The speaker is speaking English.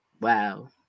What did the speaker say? Wow